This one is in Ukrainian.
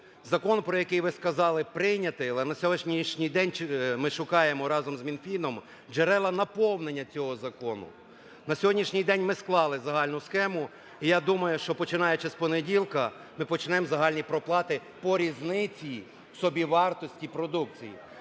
Закон, про який ви сказали, прийнятий, але на сьогоднішній день ми шукаємо разом з Мінфіном джерела наповнення цього закону. На сьогоднішній день ми склали загальну схему. І я думаю, що, починаючи з понеділка, ми почнемо загальні проплати по різниці в собівартості продукції.